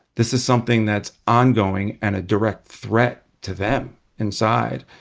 this is something that's ongoing and a direct threat to them inside.